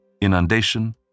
inundation